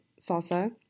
salsa